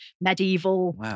medieval